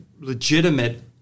legitimate